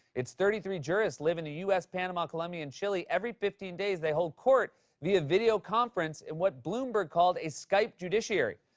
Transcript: its thirty three jurists live in the u s, panama, colombia, and chile. every fifteen days, they hold court via video conference in what bloomberg called a skype judiciary.